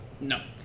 No